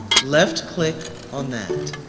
left click on that.